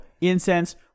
incense